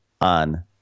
on